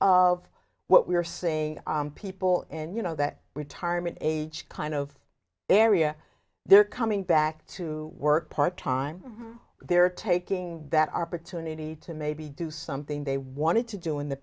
of what we are saying people and you know that retirement age kind of area they're coming back to work part time they're taking that opportunity to maybe do something they wanted to do in the